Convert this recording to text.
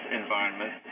environment